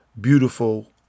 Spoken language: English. beautiful